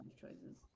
choices